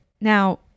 Now